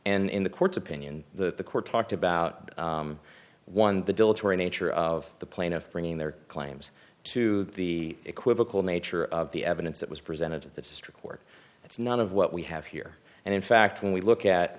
and in the court's opinion the the court talked about one the dilatory nature of the plaintiff bringing their claims to the equivocal nature of the evidence that was presented at the district court that's not of what we have here and in fact when we look at